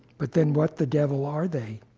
but then what the devil are they?